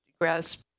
grasp